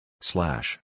Slash